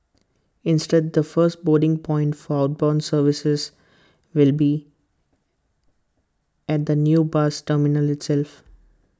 instead the first boarding point for bound services will be at the new bus terminal itself